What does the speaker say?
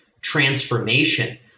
transformation